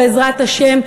בעזרת השם,